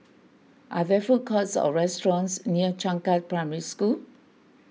are there food courts or restaurants near Changkat Primary School